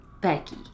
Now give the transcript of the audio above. Becky